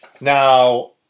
Now